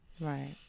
right